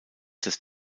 des